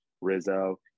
Rizzo